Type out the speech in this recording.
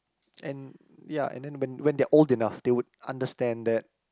and ya and then when when they are old enough they would understand that